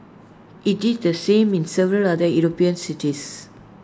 IT did the same in several other european cities